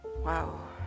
Wow